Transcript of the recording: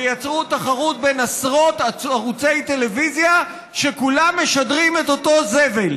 ויצרו תחרות בין עשרות ערוצי טלוויזיה שכולם משדרים את אותו זבל.